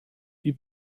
die